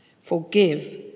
Forgive